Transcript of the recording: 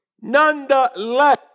nonetheless